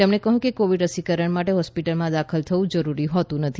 તેમણે કહ્યું કે કોવિડ રસીકરણ માટે હોસ્પિટલમાં દાખલ થવું જરૂરી હોતું નથી